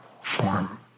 form